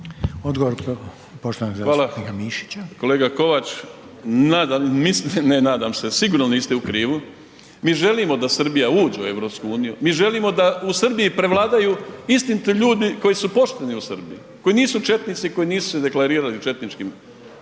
Hvala kolega Kovač. Nadam, mislim, ne nadam se, sigurno niste u krivu. Mi želimo da Srbija uđe u EU, mi želimo da u Srbiji prevladaju istiniti ljudi koji su pošteni u Srbiji, koji nisu četnici, koji nisu deklarirani četničkim